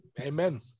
amen